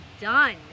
done